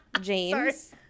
James